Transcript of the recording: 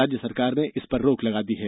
राज्य सरकार ने इस पर रोक लगा दी है